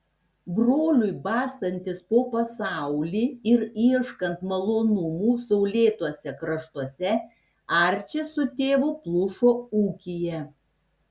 broliui bastantis po pasaulį ir ieškant malonumų saulėtuose kraštuose arčis su tėvu plušo ūkyje